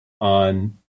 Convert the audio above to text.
on